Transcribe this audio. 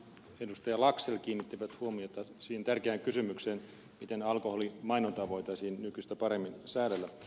laxell kiinnittivät huomiota siihen tärkeään kysymykseen miten alkoholimainontaa voitaisiin nykyistä paremmin säädellä